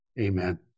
Amen